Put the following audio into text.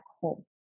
home